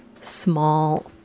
small